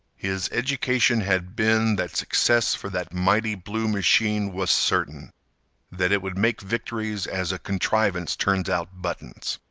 his education had been that success for that mighty blue machine was certain that it would make victories as a contrivance turns out buttons.